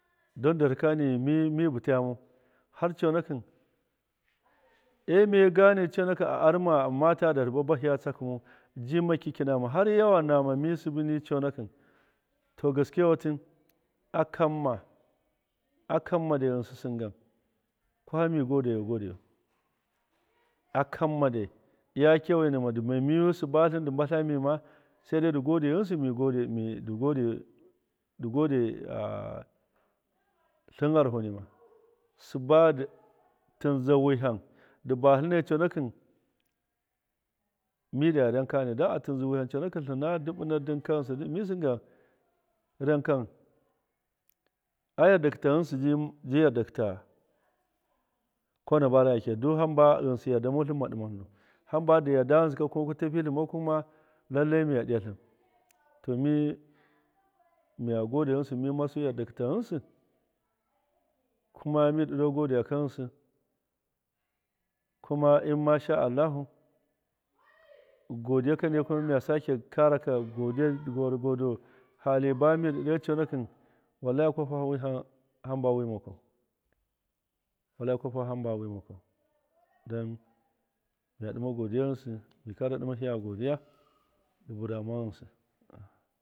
Don darhika ni mi batayamau har coonakt amiyee gand coonaki a aramata darhit babahtjia tsakum dii makyakinama har yawa nama mi sibi niya coonakt to gaskiya wat’’s akamma akammade shtrisin stngan kwami godeya godayou akammadee ndi gadcc gan hin sharoho ni ma subadu tin gode gntnsi mi godee ndi gadee hin ghawho nima subudu ndinkani musingan roon kan ai daddakt tu ghtnsi edii yadda ki tama koda wainaki duhamba ghtnsi yaddanmou tlinma dimatilina hare bad dee yadda ghtnsi kuma fadi mau kuma lailai mtha diyatlin kuma miga godee ghtnsi mimar yaddaki ta grutnsi kuma mi doo godayakt ta grtnsi kuma immasna allutin hodi yaka kuma miya saka godiya go hali bamidu doo coonaki wallahi kwafa wtha wi hamba wima kwau wallahi kwafa hamba wimakou don miya dima godiya ghansi mikara dimahiya godiya ndi barama ghtost.